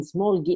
Small